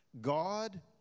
God